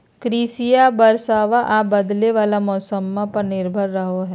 कृषिया बरसाबा आ बदले वाला मौसम्मा पर निर्भर रहो हई